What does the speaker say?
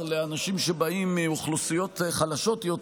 של אנשים שבאים מאוכלוסיות חלשות יותר,